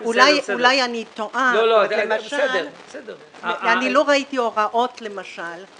אולי אני טועה אבל לא ראיתי הוראות למשל.